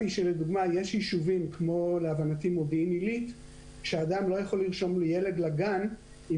יש יישובים כמו מודיעין עלית שאדם לא יכול לרשום ילד לגן אם